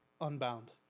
unbound